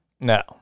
No